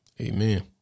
Amen